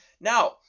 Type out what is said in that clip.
Now